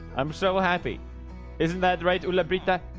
i'm so happy isn't that right? hola pita?